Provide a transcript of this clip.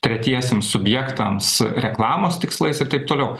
tretiesiems subjektams reklamos tikslais ir taip toliau